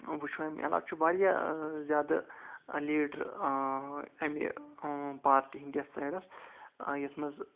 وُچھو امہِ علاوٕ چھُ واریاہ زیادٕ لیڈ اَمہِ پارٹی ہنٛد یَتھ سایٚڈَس یَتھ منٛز